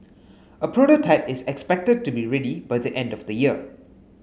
a prototype is expected to be ready by the end of the year